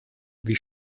wie